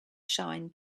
shine